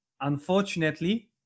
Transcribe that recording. Unfortunately